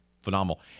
Phenomenal